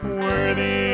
worthy